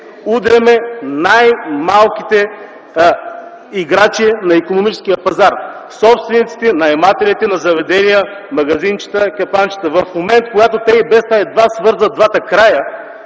удряме най-малките играчи на икономическия пазар – собствениците, наемателите на заведения, магазинчета и капанчета. В момент, когато те едва свързват двата края,